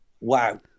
wow